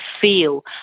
feel